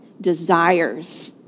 desires